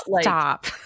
stop